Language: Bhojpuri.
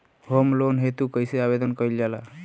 होम लोन हेतु कइसे आवेदन कइल जाला?